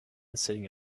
sitting